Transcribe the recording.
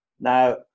Now